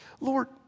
Lord